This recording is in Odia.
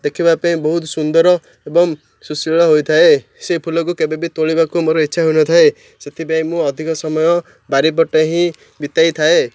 ଦେଖିବା ପାଇଁ ବହୁତ ସୁନ୍ଦର ଏବଂ ସୁଶୀଳ ହୋଇଥାଏ ସେ ଫୁଲକୁ କେବେ ବି ତୋଳିବାକୁ ମୋର ଇଚ୍ଛା ହୋଇନଥାଏ ସେଥିପାଇଁ ମୁଁ ଅଧିକ ସମୟ ବାରିପଟେ ହିଁ ବିତାଇ ଥାଏ